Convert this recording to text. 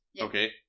Okay